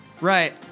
Right